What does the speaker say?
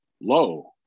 low